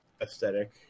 aesthetic